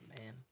Man